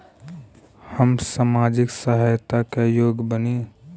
हम सामाजिक सहायता के योग्य बानी?